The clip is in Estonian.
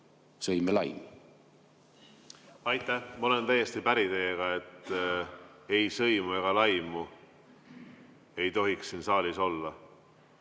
sõim ja laim. Aitäh! Ma olen täiesti päri teiega. Ei sõimu ega laimu ei tohiks siin saalis olla.